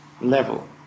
level